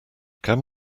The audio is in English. can